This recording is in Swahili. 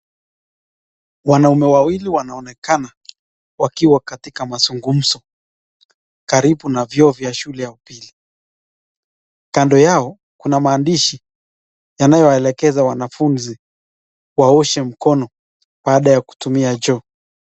Wanaume wawili wanaonekana wakiwa katika mazungumzo karibu na vyoo vya shule ya upili. Kando yao kuna maandishi yanayoelekeza wanafuzi waoshe mkono baada ya kutumia choo.